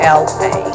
la